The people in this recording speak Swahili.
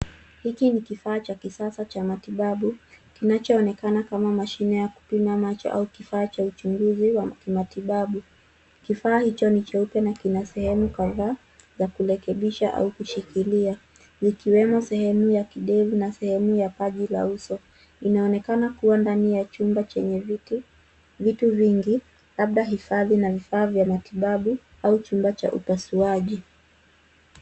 Hiki ni kifaa cha kisasa cha matibabu, kinachoonekana kama mashine ya kupima macho au kifaa cha uchunguzi wa matibabu. Kifaa hicho ni cheupe na kina sehemu kadhaa za kurekebisha au kushilikilia ikiwemo sehemu ya kindevu na sehemu ya paji la uso. Linaonekana kuwa ndani ya chumba chenye vitu vingi labda hifadhi la vifaa vya matibabu au chumba cha upasuaji.